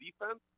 defense